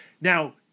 Now